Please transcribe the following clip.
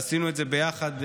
עשינו את זה ביחד,